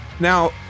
Now